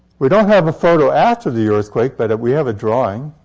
we don't have a photo after the earthquake, but we have a drawing.